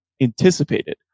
anticipated